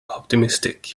optimistic